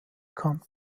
kann